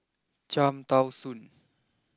Cham Tao Soon